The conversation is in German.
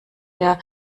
der